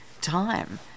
time